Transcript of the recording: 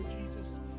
Jesus